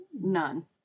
None